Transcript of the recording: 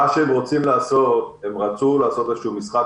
מה שהם רוצים לעשות הם רצו לעשות איזשהו משחק,